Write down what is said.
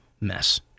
mess